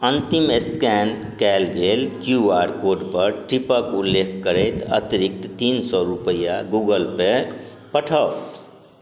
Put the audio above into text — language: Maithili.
अन्तिम एस्कैन कएल गेल क्यू आर कोडपर टिपके उल्लेख करैत अतिरिक्त तीन सौ रुपैआ गूगलपे पठाउ